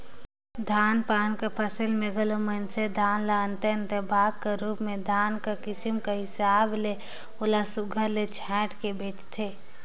धान पान कर फसिल में घलो मइनसे धान ल अन्ते अन्ते भाग कर रूप में धान कर किसिम कर हिसाब ले ओला सुग्घर ले छांएट के बेंचथें